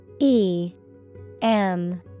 E-M